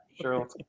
sure